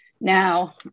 now